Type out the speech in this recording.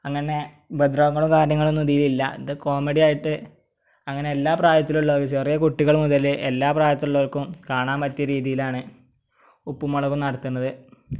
അങ്ങനെ ഉപദ്രവങ്ങളും കാര്യങ്ങളൊന്നും ഇതിലില്ല ഇത് കോമഡിയായിട്ട് അങ്ങനെ എല്ലാ പ്രായത്തിലുള്ളവർ ചെറിയ കുട്ടികൾ മുതൽ എല്ലാ പ്രായത്തിലുള്ളവർക്കും കാണാൻ പറ്റിയ രീതിയിലാണ് ഉപ്പും മുളകും നടത്തുന്നത്